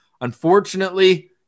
unfortunately